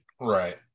right